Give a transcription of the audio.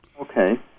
okay